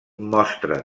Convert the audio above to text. mostra